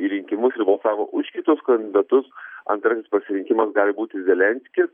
į rinkimusir balsavo už kitus kandidatus antrasis pasirinkimas gali būti zelenskis